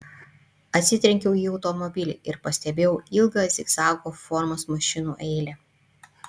atsitrenkiau į automobilį ir pastebėjau ilgą zigzago formos mašinų eilę